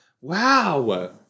wow